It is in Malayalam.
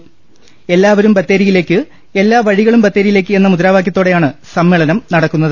എല്ലാവരും ബത്തേരിയിലേക്ക് എല്ലാ വഴികളും ബത്തേരിയിലേക്ക് എന്ന മുദ്രാവാക്യത്തോടെയാണ് സമ്മേളനം നടക്കുന്നത്